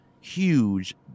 huge